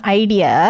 idea